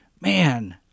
man